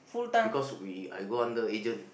because we I go on the agent